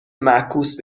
معکوس